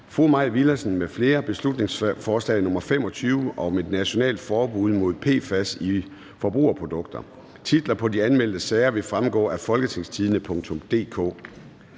nr. B 25 (Forslag til folketingsbeslutning om et nationalt forbud mod PFAS i forbrugerprodukter). Titlerne på de anmeldte sager vil fremgå af www.folketingstidende.dk